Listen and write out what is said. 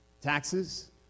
Taxes